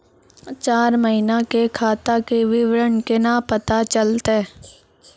चार महिना के खाता के विवरण केना पता चलतै?